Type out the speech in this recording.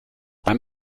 beim